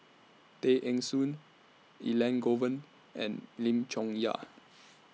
Tay Eng Soon Elangovan and Lim Chong Yah